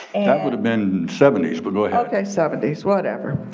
that would have been seventy s but go ahead. okay, seventy s, whatever.